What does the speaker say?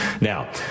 Now